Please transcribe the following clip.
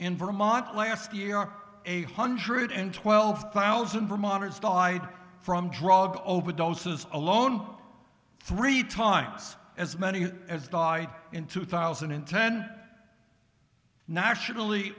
in vermont last year are a hundred and twelve thousand vermonters died from drug overdoses alone three times as many as died in two thousand and ten nationally